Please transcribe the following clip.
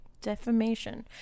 Defamation